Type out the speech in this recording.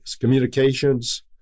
communications